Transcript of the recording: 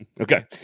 Okay